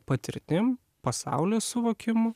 patirtim pasaulio suvokimu